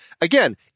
again